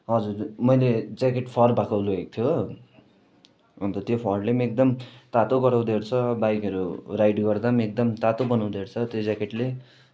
हजुर मैले jacket fur भएको लोगेको थिएँ हो अन्त त्यो फरले पनि एकदम तातो गराउँदो रहेछ बाइकहरू राइड गर्दा पनि एकदम तातो बनाउँदो रहेछ त्यो ज्याकेटले